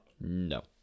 No